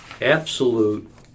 absolute